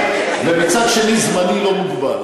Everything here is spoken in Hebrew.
ומצד שני זמני לא מוגבל.